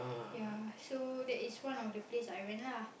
ya so that is one of the place I went lah